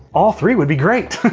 all three would be great!